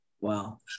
Wow